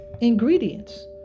ingredients